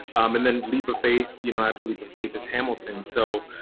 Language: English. um and then leap of faith, you know after leap of faith is hamilton. so